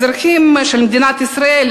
אזרחים של מדינת ישראל,